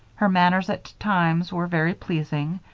her manners at times were very pleasing,